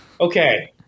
okay